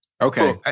Okay